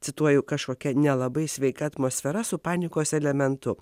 cituoju kažkokia nelabai sveika atmosfera su panikos elementu